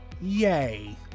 yay